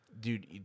dude